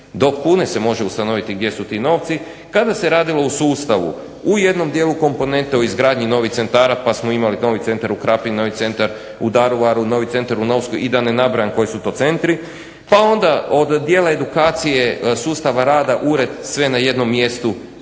do kune se može ustanoviti gdje su ti novci. Kada se radilo u sustavu u jednom dijelu komponente u izgradnji novih centara pa smo imali novi centar u Krapini, novi centar u Daruvaru, novi centar u Novskoj i da ne nabrajam koji su to centri. Pa onda od dijela edukacije sustava rada ured sve na jednom mjestu